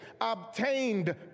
obtained